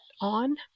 on